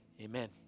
Amen